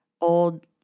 old